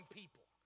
people